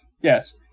Yes